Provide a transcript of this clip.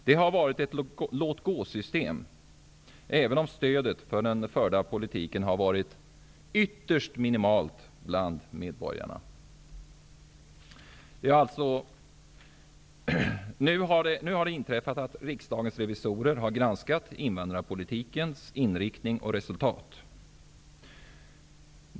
Det har varit ett låt-gå-system, även om stödet för den förda politiken har varit ytterst minimalt bland medborgarna. Nu har riksdagens revisorer granskat invandrapolitikens inriktning och resultat.